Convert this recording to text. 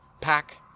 pack